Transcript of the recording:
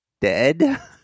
dead